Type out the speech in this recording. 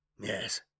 Yes